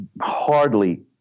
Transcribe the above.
hardly